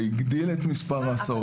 זה הגדיל את מספר ההסעות.